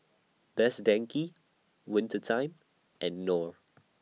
Best Denki Winter Time and Knorr